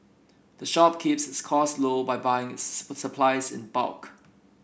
the shop keeps its cost low by buying its supplies in bulk